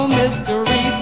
mystery